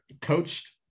coached